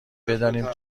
بدانیم